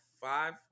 five